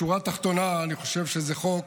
בשורה התחתונה אני חושב שזה חוק